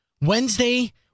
Wednesday